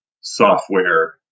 software